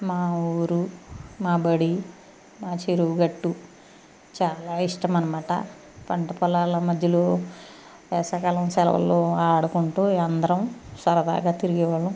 మా ఊరు మా బడి మా చెరువుగట్టు చాలా ఇష్టం అన్నమాట పంట పొలాల మధ్యలో వేసవికాలం సెలవులలో ఆడుకుంటు అందరం సరదాగా తిరిగేవాళ్ళం